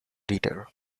leader